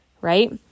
Right